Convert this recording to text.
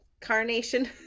carnation